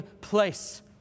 place